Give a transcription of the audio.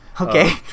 Okay